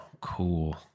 cool